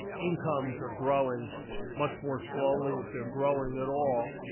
incomes are growing much more slowly, if they're growing at all,